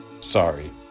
Sorry